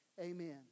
Amen